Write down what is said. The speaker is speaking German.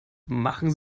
machen